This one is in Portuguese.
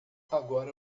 agora